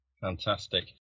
Fantastic